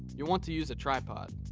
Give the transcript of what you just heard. you'll want to use a tripod.